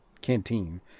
canteen